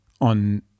on